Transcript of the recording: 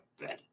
bed